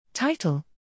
Title